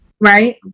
Right